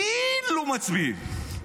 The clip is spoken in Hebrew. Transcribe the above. כאילו מצביעים.